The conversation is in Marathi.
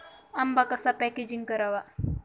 आंबा कसा पॅकेजिंग करावा?